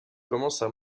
commencent